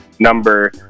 Number